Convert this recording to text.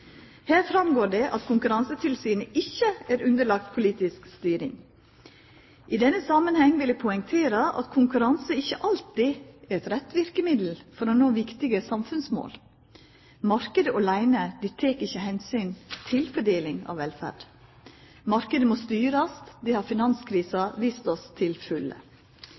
Her går det fram at Konkurransetilsynet ikkje er underlagt politisk styring. I denne samanhengen vil eg poengtera at konkurranse ikkje alltid er eit rett verkemiddel for å nå viktige samfunnsmål. Marknaden åleine tek ikkje omsyn til fordeling av velferd. Marknaden må styrast, det har finanskrisa vist oss til fulle.